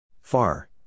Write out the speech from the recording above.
far